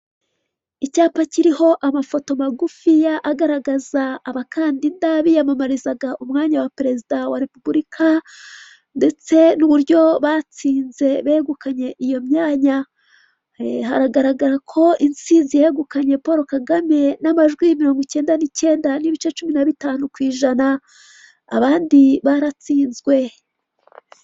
Icyapa kiriho amafoto magufiya agaragaza abakandida biyamamarizaga umwanya wa perezida wa repubulika ndetse n'uburyo batsinze begukanye iyo myanya haragaragara ko insinzi yegukanye polo kagame n'amajwi mirongo icyenda n'icyenda n'ibice cumi na bitanu ku ijana abandi baratsinzwe.